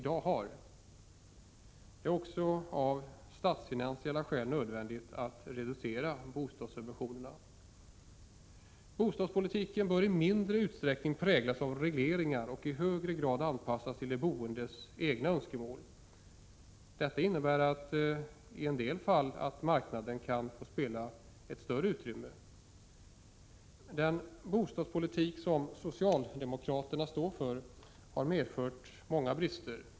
Det är också av statsfinansiella skäl nödvändigt att reducera bostadssubventionerna. Bostadspolitiken bör i mindre utsträckning präglas av regleringar och i högre grad anpassas till de boendes egna önskemål. Detta innebär i en del fall att marknadsmekanismerna ges större utrymme. Den bostadspolitik som socialdemokraterna står för har medfört många brister.